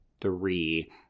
three